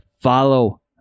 Follow